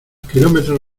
kilómetros